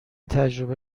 تجربه